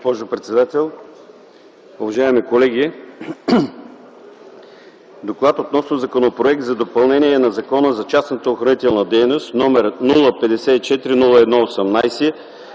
госпожо председател, уважаеми колеги! „ДОКЛАД относно Законопроект за допълнение на Закона за частната охранителна дейност, № 054-01-18,